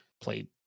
played